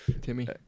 Timmy